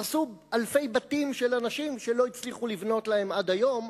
הרסו אלפי בתים של אנשים שלא הצליחו לבנות להם עד היום,